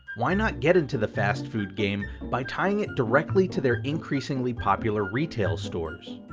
why not get into the fast food game by tying it directly to their increasingly popular retail stores?